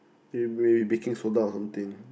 maybe baking soda or something